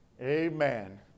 Amen